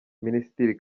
minisitiri